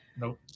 Nope